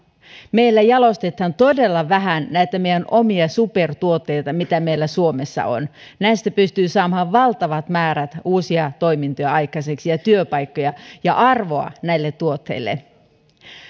meillä jalostetaan todella vähän näitä meidän omia supertuotteitamme mitä meillä suomessa on näistä pystyy saamaan valtavat määrät uusia toimintoja aikaiseksi ja työpaikkoja ja arvoa näille tuotteille